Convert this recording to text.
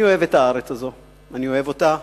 אני אוהב את הארץ הזו, אני אוהב אותה